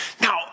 Now